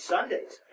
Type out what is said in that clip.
Sundays